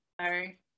sorry